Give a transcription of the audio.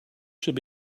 should